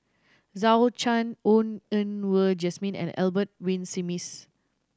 Zhou Can Ho Yen Wah Jesmine and Albert Winsemius